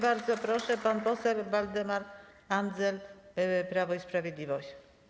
Bardzo proszę, pan poseł Waldemar Andzel, Prawo i Sprawiedliwość.